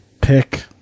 pick